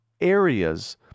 areas